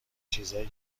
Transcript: چیزایی